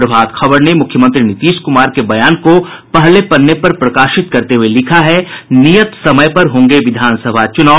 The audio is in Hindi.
प्रभात खबर ने मुख्यमंत्री नीतीश कुमार के बयान को पहले पन्ने पर प्रकाशित करते हुये लिखा है नियत समय पर होंगे विधानसभा चुनाव